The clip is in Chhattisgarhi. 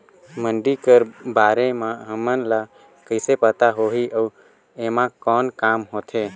मंडी कर बारे म हमन ला कइसे पता होही अउ एमा कौन काम होथे?